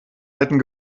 alten